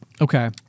okay